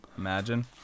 imagine